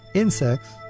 Insects